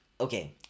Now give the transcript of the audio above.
Okay